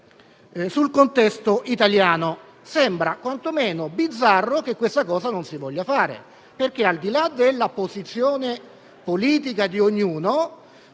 sul contesto italiano. Sembra quantomeno bizzarro che questa cosa non si voglia fare, perché, al di là della posizione politica di ognuno,